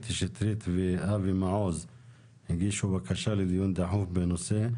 קטי שטרית ואבי מעוז הגישו בקשה לדיון דחוף בנושא.